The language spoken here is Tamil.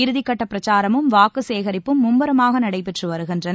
இறுதிக்கட்ட பிரச்சாரமும் வாக்கு சேகரிப்பும் மும்முரமாக நடைபெற்று வருகின்றன